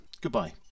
Goodbye